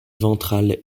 ventrale